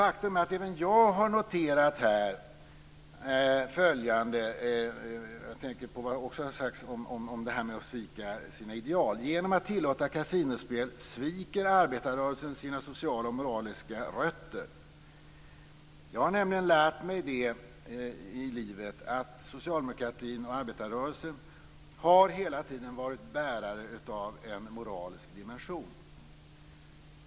Faktum är att även jag har noterat följande - och då tänker jag på detta att svika sina ideal - att genom att tillåta kasinospel sviker arbetarrörelsen sina sociala och moraliska rötter. Jag har nämligen lärt mig i livet att socialdemokratin och arbetarrörelsen hela tiden har varit bärare av en moralisk dimension.